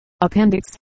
Appendix